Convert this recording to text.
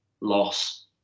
loss